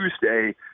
Tuesday